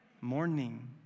morning